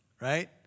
Right